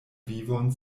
vivon